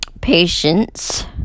patience